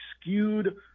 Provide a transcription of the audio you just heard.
skewed